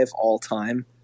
all-time